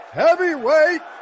heavyweight